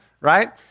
right